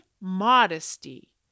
modesty